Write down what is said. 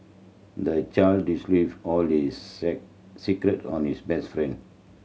the child all secret on his best friend